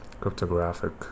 cryptographic